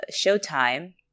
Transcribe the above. Showtime